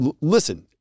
listen